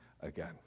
again